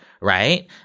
right